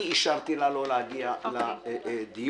אני אישרתי לה לא להגיע לדיון